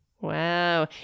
Wow